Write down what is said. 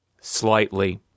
slightly